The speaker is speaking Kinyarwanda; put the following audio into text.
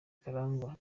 karangwa